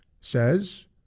says